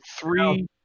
three